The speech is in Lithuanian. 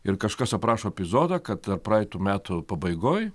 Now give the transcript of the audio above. ir kažkas aprašo epizodą kad praeitų metų pabaigoj